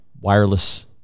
wireless